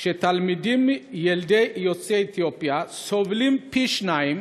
שתלמידים ילדי יוצאי אתיופיה סובלים פי שניים